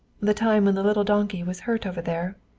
the time when the little donkey was hurt over there?